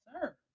Sir